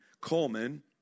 Coleman